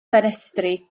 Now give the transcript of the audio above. ffenestri